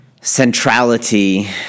centrality